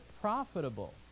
profitable